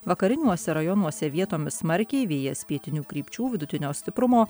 vakariniuose rajonuose vietomis smarkiai vėjas pietinių krypčių vidutinio stiprumo